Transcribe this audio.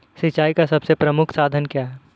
सिंचाई का सबसे प्रमुख साधन क्या है?